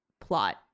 plot